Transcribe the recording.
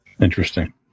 Interesting